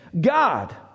God